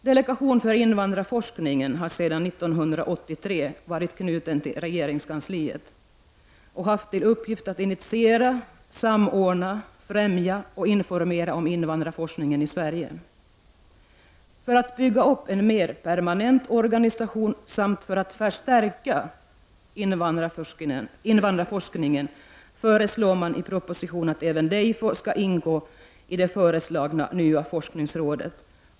Delegationen för invandrarforskning har sedan 1983 varit knuten till regeringskansliet och haft till uppgift att initiera, samordna, främja och informera om invandrarforskningen i Sverige. För att bygga upp en mer permanent organisation samt för att förstärka invandrarforskningen föreslår man i propositionen att delegationen för invandrarforskning även skall ingå i det föreslagna nya forskningsrådet.